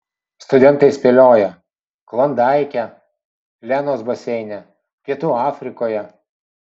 studentai spėlioja klondaike lenos baseine pietų afrikoje